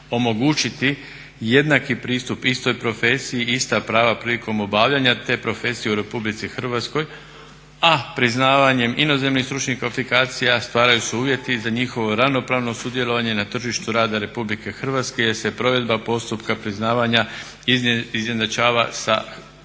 omogućiti jednaki pristup istoj profesiji i ista prava prilikom obavljanja te profesije u Republici Hrvatskoj, a priznavanjem inozemnih stručnih kvalifikacija stvaraju se uvjeti za njihovo ravnopravno sudjelovanje na tržištu rada RH jer se provedba postupka priznavanja izjednačava sa